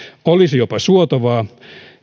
olisi jopa suotavaa